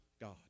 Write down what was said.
God